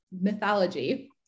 mythology